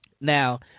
Now